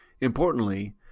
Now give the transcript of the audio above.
Importantly